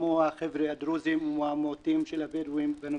כמו החבר'ה הדרוזים או מיעוטי הבדואים והנוצרים".